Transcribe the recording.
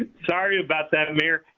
ah sorry about that mayor.